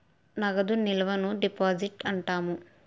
నగదు నిల్వను డిపాజిట్ అంటాము